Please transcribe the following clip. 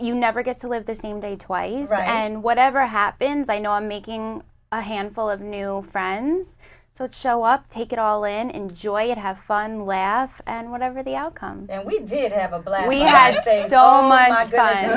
you never get to live the same day twice and whatever happens i know i'm making a handful of new friends so it's show up take it all in enjoy it have fun last and whatever the outcome and we did have a blast we had saved all my god